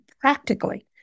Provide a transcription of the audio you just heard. practically